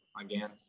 again